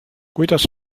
kuidas